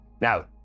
Now